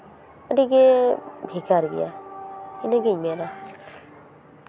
ᱟᱹᱰᱤᱜᱮ ᱵᱷᱮᱜᱟᱨ ᱜᱮᱭᱟ ᱤᱱᱟᱹ ᱜᱮᱧ ᱢᱮᱱᱟ